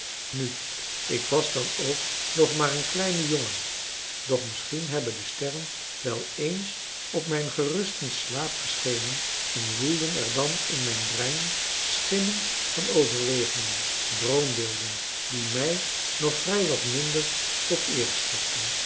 nu ik was dan ook nog maar een kleine jongen doch misschien hebben de sterren wel eens op mijn gerusten slaap geschenen en woelden er dan in mijn brein schimmen van overwegingen droombeelden die mij nog vrij wat minder tot eere strekten